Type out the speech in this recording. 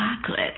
chocolate